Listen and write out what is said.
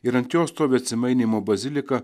ir ant jo stovi atsimainymo bazilika